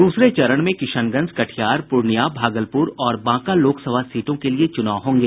दूसरे चरण में किशनगंज कटिहार पूर्णिया भागलपुर और बांका लोकसभा सीटों के लिए चुनाव होंगे